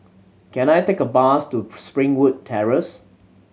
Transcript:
can I take a bus to Springwood Terrace